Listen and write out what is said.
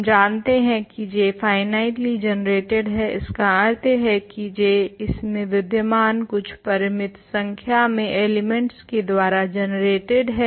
हम जानते हैं की J फाइनाइटली जनरेटेड है इसका अर्थ है की J इसमें विद्यमान कुछ परिमित संख्या में एलिमेंट्स के द्वारा जनरेटेड है